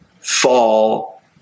fall